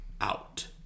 out